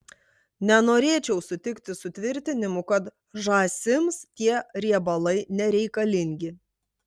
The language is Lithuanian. nenorėčiau sutikti su tvirtinimu kad žąsims tie riebalai nereikalingi